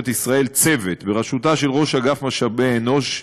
ישראל צוות בראשות ראש אגף משאבי אנוש,